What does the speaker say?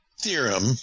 Theorem